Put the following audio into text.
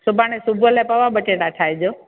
सुभाणे सुबुह लाइ पवा बटेटा ठाहिजो